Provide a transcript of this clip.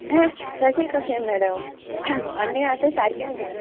हेह तशें कशें मॅडम आमी आतां सारकें जाय